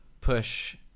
push